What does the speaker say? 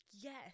Yes